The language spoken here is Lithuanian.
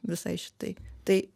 visai šitai tai